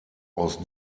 aus